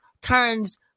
turns